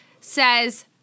says